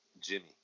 Jimmy